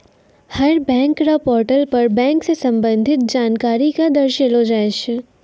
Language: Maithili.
हर बैंक र पोर्टल पर बैंक स संबंधित जानकारी क दर्शैलो जाय छै